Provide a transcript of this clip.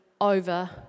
over